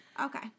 Okay